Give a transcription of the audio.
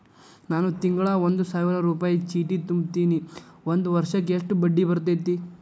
ನಾನು ತಿಂಗಳಾ ಒಂದು ಸಾವಿರ ರೂಪಾಯಿ ಚೇಟಿ ತುಂಬತೇನಿ ಒಂದ್ ವರ್ಷಕ್ ಎಷ್ಟ ಬಡ್ಡಿ ಬರತೈತಿ?